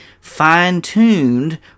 fine-tuned